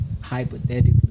hypothetically